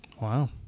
Wow